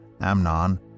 Amnon